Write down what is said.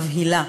מבהילה.